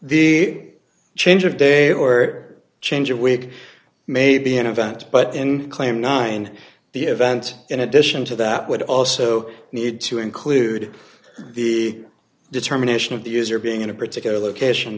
the change of day or change or wig may be an event but in claim nine the event in addition to that would also need to include the determination of the user being in a particular location